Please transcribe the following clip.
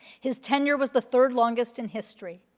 his tenure was the third longest in history.